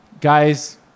Guys